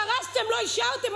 דרסתם, לא השארתם.